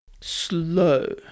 Slow